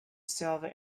silver